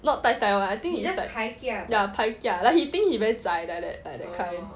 not 呆呆 [one] I think is like ya pai kia like he thinks he very zai like that kind